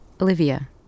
Olivia